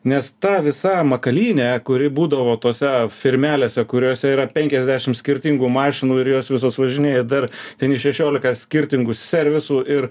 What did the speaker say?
nes ta visa makalynė kuri būdavo tose firmelėse kuriose yra penkiasdešim skirtingų mašinų ir jos visos važinėja dar ten į šešiolika skirtingų servisų ir